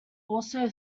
also